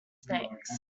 snakes